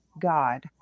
God